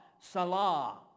salah